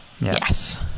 yes